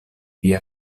via